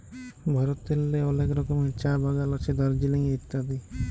ভারতেল্লে অলেক রকমের চাঁ বাগাল আছে দার্জিলিংয়ে ইত্যাদি